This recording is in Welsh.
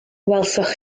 welsoch